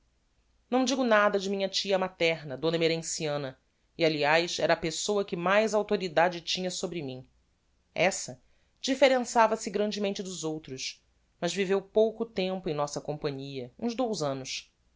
não digo nada de minha tia materna d emerenciana e aliás era a pessoa que mais autoridade tinha sobre mim essa differençava se grandemente dos outros mas viveu pouco tempo em nossa companhia uns dous annos